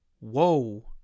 whoa